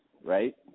right